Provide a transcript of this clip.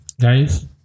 Guys